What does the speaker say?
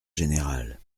générale